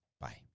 Bye